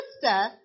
sister